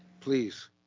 Please